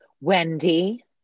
Wendy